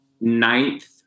ninth